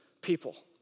people